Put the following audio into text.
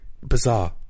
bizarre